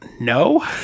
no